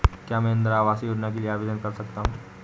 क्या मैं इंदिरा आवास योजना के लिए आवेदन कर सकता हूँ?